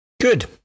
good